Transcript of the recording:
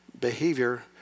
behavior